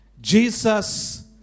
Jesus